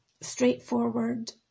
straightforward